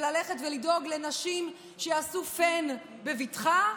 ולדאוג שנשים יעשו פן בבטחה,